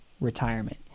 retirement